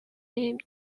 named